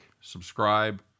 subscribe